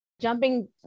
jumping